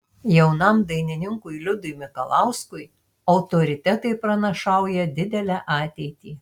jaunam dainininkui liudui mikalauskui autoritetai pranašauja didelę ateitį